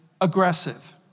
aggressive